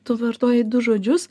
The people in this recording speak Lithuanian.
tu vartoji du žodžius